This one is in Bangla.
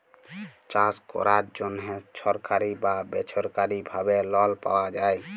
চাষ ক্যরার জ্যনহে ছরকারি বা বেছরকারি ভাবে লল পাউয়া যায়